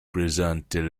présentent